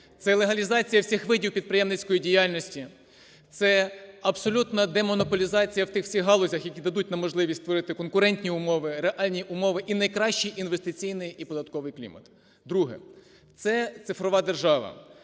це легалізація всіх видів підприємницької діяльності. Це абсолютна демонополізація в тих всіх галузях, які дадуть нам можливість створити конкурентні умови, реальні умови і найкращий інвестиційний і податковий клімат. Друге – це цифрова держава.